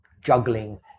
juggling